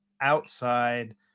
outside